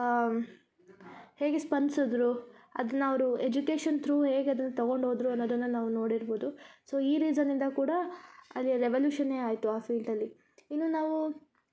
ಹೇಗೆ ಸ್ಪಂದ್ಸದ್ರು ಅದನ್ನ ಅವರು ಎಜುಕೇಶನ್ ತ್ರೂ ಹೇಗ ಅದನ್ನ ಅವರು ತಗೊಂಡು ಹೋದರು ಅನ್ನೋದನ್ನ ನಾವು ನೋಡಿರ್ಬೋದು ಸೊ ಈ ರೀಝನ್ಯಿಂದ ಕೂಡ ಅದೆ ರೆವೆಲ್ಯೂಶನ್ನೆ ಆಯಿತು ಆ ಫೀಲ್ಡಲ್ಲಿ ಇನ್ನು ನಾವು ಡಾಕ್ಟರ್